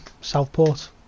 Southport